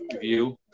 view